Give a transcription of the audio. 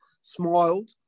smiled